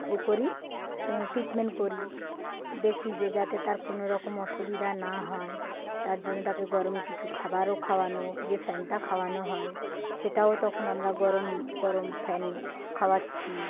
এ করি ট্রিটমেন্ট করি দেখি যে যাতে তার কোনোরকম অসুবিধা না হয় তার জন্য তাকে গরম কিছু খাবারও খাওয়ানো যে ফ্যানটা খাওয়ানো হয় সেটাও তখন আমরা গরম গরম ফ্যান খাওয়াচ্ছি